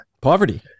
Poverty